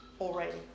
already